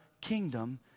kingdom